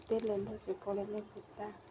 ଅତି ଲେମ୍ବୁ ଚିପୁଡ଼ିଲେ ପିତା